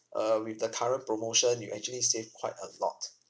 uh with the current promotion you actually save quite a lot